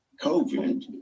COVID